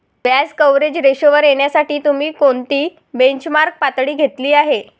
व्याज कव्हरेज रेशोवर येण्यासाठी तुम्ही कोणती बेंचमार्क पातळी घेतली आहे?